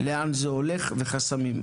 לאן זה הולך ומה החסמים?